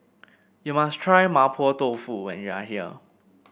you must try Mapo Tofu when you are here